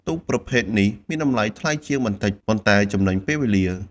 ទូកប្រភេទនេះមានតម្លៃថ្លៃជាងបន្តិច ប៉ុន្តែចំណេញពេលវេលា។